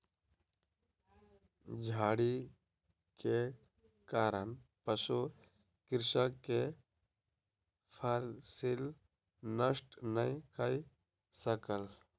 झाड़ी के कारण पशु कृषक के फसिल नष्ट नै कय सकल